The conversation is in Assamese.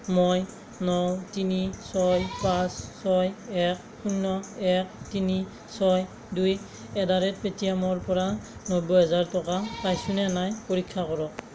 মই ন তিনি ছয় পাঁচ ছয় এক শূন্য এক তিনি ছয় দুই এট দা ৰেট পে' টি এমৰ পৰা নব্বৈ হাজাৰ টকা পাইছোনে নাই পৰীক্ষা কৰক